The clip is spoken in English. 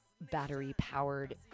battery-powered